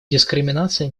дискриминация